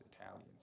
Italians